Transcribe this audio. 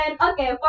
okay